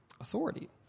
authority